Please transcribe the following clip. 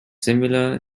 similar